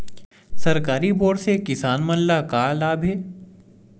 सरकारी बोर से किसान मन ला का लाभ हे?